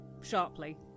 sharply